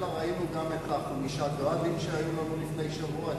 אלא ראינו גם את חמשת ה"גראדים" שהיו לנו לפני שבוע וכו'.